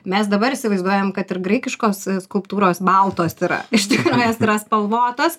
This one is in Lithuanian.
mes dabar įsivaizduojam kad ir graikiškos skulptūros baltos yra iš tikro jos yra spalvotos